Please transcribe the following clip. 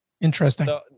Interesting